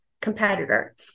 competitor